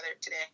today